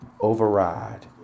override